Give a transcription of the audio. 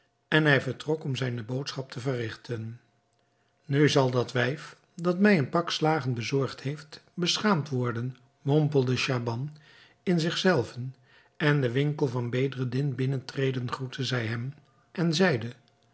en hij vertrok om zijne boodschap te verrigten nu zal dat wijf dat mij een pak slagen bezorgd heeft beschaamd worden mompelde schaban in zich zelven en den winkel van bedreddin binnentredende groette hij hem en zeide